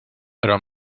però